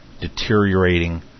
deteriorating